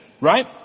right